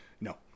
no